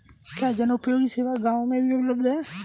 क्या जनोपयोगी सेवा गाँव में भी उपलब्ध है?